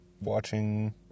watching